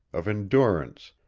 of endurance,